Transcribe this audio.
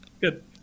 Good